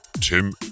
tim